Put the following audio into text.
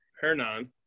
Hernan